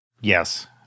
Yes